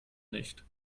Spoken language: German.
nicht